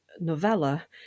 novella